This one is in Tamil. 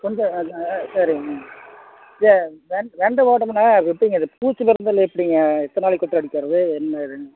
கொஞ்சம் அது அ சரிங்க இல்லை வெண் வெண்ட போடுறதுன்னா அது எப்படிங்க அது பூச்சி மருந்தெல்லாம் எப்படிங்க எத்தனை நாளைக்கு ஒருக்கா அடிக்கிறது என்ன இது